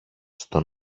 στο